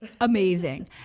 Amazing